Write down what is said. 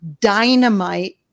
dynamite